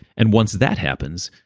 and once that happens,